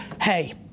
hey